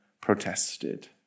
protested